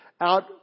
out